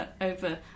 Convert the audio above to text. over